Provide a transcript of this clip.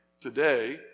today